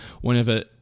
whenever